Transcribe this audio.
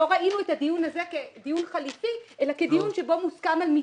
לא ראינו את הדיון הזה כדיון חליפי אלא כדיון שבו מוסכם על מתווה.